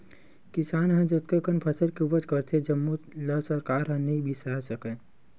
किसान ह जतना कन फसल के उपज करथे जम्मो ल सरकार ह नइ बिसावय सके